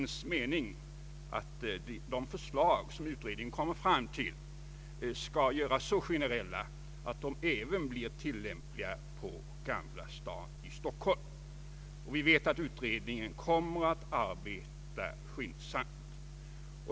Avsikten är att de förslag som utredningen kommer att lägga fram skall göras så generella att de även blir tillämpliga på Gamla Stan i Stockholm. Vi vet också att utredningen kommer att arbeta skyndsamt.